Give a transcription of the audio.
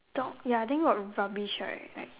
dog ya then got rubbish right like